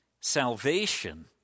Salvation